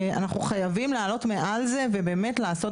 אנחנו חייבים לעלות מעל זה ובאמת לעשות